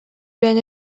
been